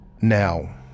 Now